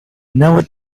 never